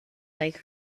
like